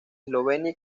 eslovenia